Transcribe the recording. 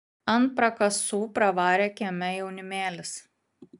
ant prakasų pravarė kieme jaunimėlis